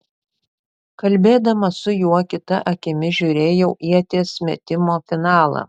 kalbėdama su juo kita akimi žiūrėjau ieties metimo finalą